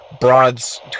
broads